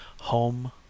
home